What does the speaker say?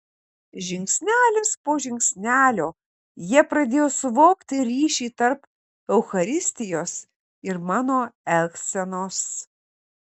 žingsnelis po žingsnelio jie pradėjo suvokti ryšį tarp eucharistijos ir mano elgsenos